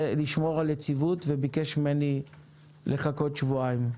לשמור על יציבות וביקש ממני לחכות שבועיים.